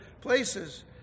places